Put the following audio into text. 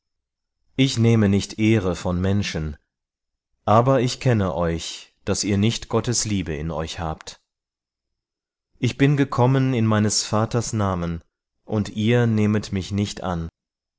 ich nehme nicht ehre von menschen aber ich kenne euch daß ihr nicht gottes liebe in euch habt ich bin gekommen in meines vaters namen und ihr nehmet mich nicht an